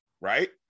right